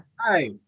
Hi